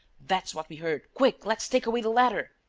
that's what we heard. quick, let's take away the ladder!